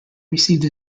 received